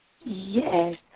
Yes